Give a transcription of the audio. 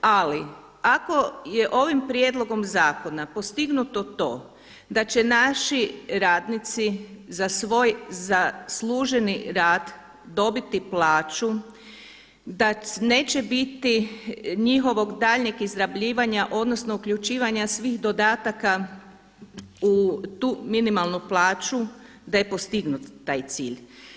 Ali ako je ovim prijedlogom zakona postignuto to da će naši radnici za svoj zasluženi rad dobiti plaću, da neće biti njihovog daljnjeg izrabljivanja, odnosno uključivanja svih dodataka u tu minimalnu plaću da je postignut taj cilj.